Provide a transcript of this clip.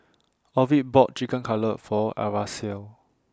Ovid bought Chicken Cutlet For Aracely